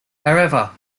however